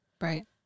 Right